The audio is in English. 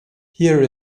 here